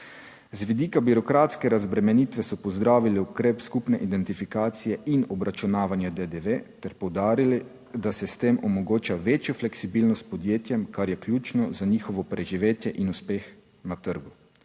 Z vidika birokratske razbremenitve so pozdravili ukrep skupne identifikacije in obračunavanja DDV ter poudarili, da se s tem omogoča večjo fleksibilnost podjetjem, kar je ključno za njihovo preživetje in uspeh na trgu.